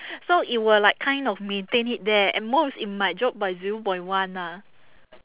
so it will like kind of maintain it there at most it might drop by zero point one lah